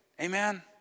Amen